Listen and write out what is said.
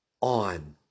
on